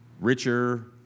richer